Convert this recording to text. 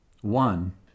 One